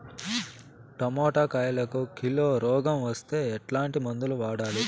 Tomato కాయలకు kilo రోగం వస్తే ఎట్లాంటి మందులు వాడాలి?